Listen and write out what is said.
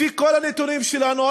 לפי כל הנתונים שלנו,